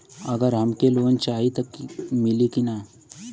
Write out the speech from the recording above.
अगर हमके लोन चाही त मिली की ना?